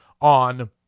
on